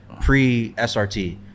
Pre-SRT